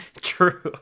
True